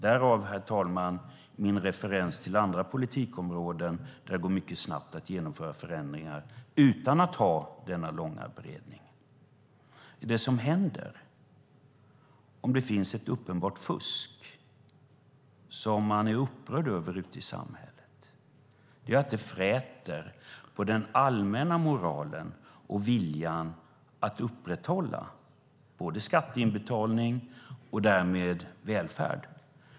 Därav, herr talman, min referens till andra politikområden där det går mycket snabbt att genomföra förändringar utan att ha denna långa beredning. Det som händer om det finns ett uppenbart fusk som man är upprörd över ute i samhället är att det fräter på den allmänna moralen och viljan att upprätthålla skatteinbetalning och därmed välfärd.